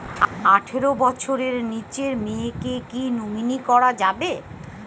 আঠারো বছরের নিচে মেয়েকে কী নমিনি করা যাবে?